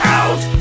out